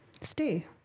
stay